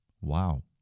Wow